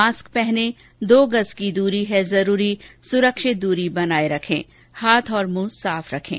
mask पहनें दो गज की दूरी है जरूरी सुरक्षित दूरी बनाए रखें हाथ और मुंह साफ रखें